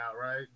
right